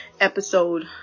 episode